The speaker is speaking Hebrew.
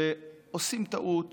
ועושים טעות